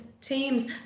teams